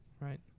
right